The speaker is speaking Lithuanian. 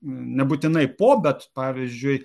nebūtinai po bet pavyzdžiui